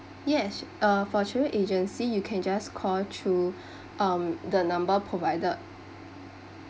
yes uh for tourist agency you can just call to um the number provided